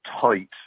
tight